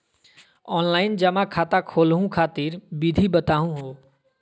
Online जमा खाता खोलहु खातिर विधि बताहु हो?